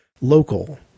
local